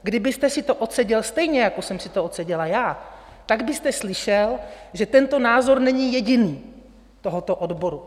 Kdybyste si to odseděl stejně, jak jsem si to odseděla já, tak byste slyšel, že tento názor není jediný, tohoto odboru.